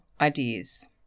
ideas